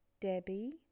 Debbie